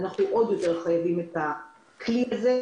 אנחנו עוד יותר נהיה חייבים את הכלי הזה.